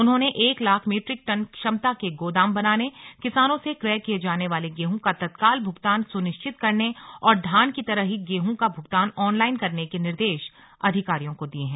उन्होंने एक lakh metric ton क्षमता के गोदाम बनाने किसानों से क्रय किए जाने वाले गेहूँ का तत्काल भूगतान सुनिश्चित करने और धान की तरह ही गेहूं का भुगतान ऑनलाइन करने के निर्देश अधिकारियों को दिये हैं